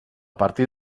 partir